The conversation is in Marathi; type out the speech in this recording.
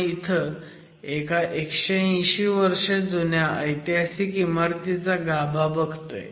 आपण इथं एका 180 वर्ष जुन्या ऐतिहासिक इमारतीचा गाभा बघतोय